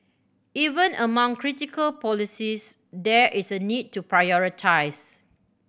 even among critical policies there is a need to prioritise